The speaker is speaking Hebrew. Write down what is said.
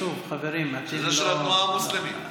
שוב, חברים, אתם לא, זה של התנועה המוסלמית.